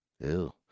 Ew